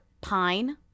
Pine